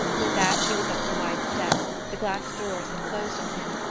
with that he was up the wide steps, the glass doors had closed on him,